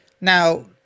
Now